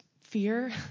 fear